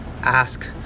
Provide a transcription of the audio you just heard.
ask